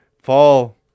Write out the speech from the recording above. Fall